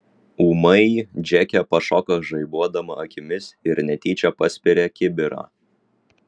ūmai džeke pašoka žaibuodama akimis ir netyčia paspiria kibirą